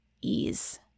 ease